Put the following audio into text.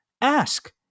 Ask